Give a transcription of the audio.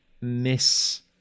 miss